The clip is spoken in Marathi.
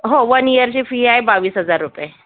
हो वन इयरची फी आहे बावीस हजार रुपये